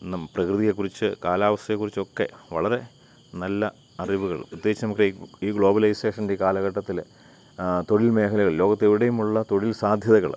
പ്രകൃതിയെക്കുറിച്ച് കാലാവസ്ഥയെക്കുറിച്ച് ഒക്കെ വളരെ നല്ല അറിവുകൾ പ്രത്യേകിച്ച് നമുക്ക് ഈ ഗ്ലോബലൈസേഷൻ്റെ ഈ കാലഘട്ടത്തിൽ തൊഴിൽ മേഖലകളിൽ ലോകത്ത് എവിടേയുമുള്ള തൊഴിൽ സാധ്യതകൾ